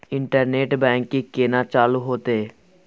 Internet banking केना चालू हेते?